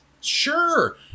Sure